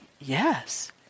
yes